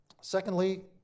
Secondly